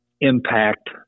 impact –